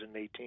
2018